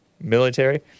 military